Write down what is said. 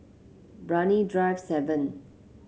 Brani Drive seven